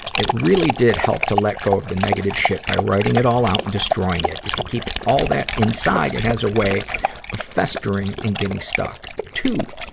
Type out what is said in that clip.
it really did help to let go of the negative shit by writing it all out and destroying it. if you keep it all that inside, it has a way of festering and getting stuck. two,